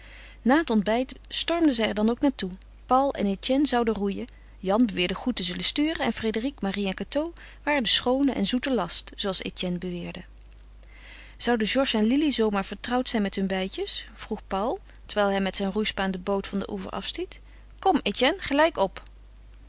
na het ontbijt stormden zij er dan ook naar toe paul en etienne zouden roeien jan beweerde goed te zullen sturen en frédérique marie en cateau waren de schoone en zoete last zooals etienne beweerde zouden georges en lili zoo maar vertrouwd zijn met hun beidjes vroeg paul terwijl hij met zijn roeispaan de boot van den oever afstiet kom etienne gelijk op